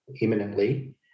imminently